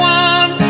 one